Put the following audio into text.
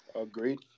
Agreed